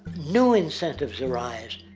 new incentives arise.